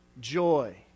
joy